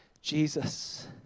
Jesus